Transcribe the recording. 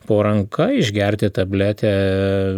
po ranka išgerti tabletę